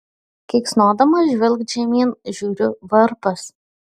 keiksnodamas žvilgt žemyn žiūriu varpas